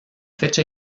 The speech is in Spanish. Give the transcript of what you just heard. fecha